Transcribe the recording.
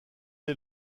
est